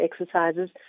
exercises